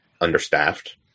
understaffed